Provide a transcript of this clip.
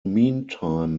meantime